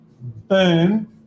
Boom